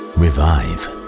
revive